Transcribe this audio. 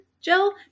Jill